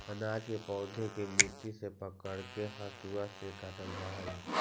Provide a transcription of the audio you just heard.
अनाज के पौधा के मुट्ठी से पकड़के हसुआ से काटल जा हई